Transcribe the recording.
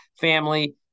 family